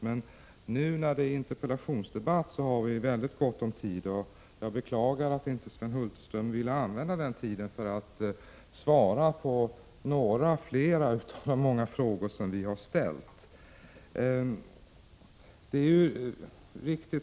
Men i den här interpellationsdebatten har vi mycket gott om tid, och jag beklagar att Sven Hulterström inte vill använda den tiden för att svara på några fler av de många frågor som vi har ställt.